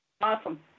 Awesome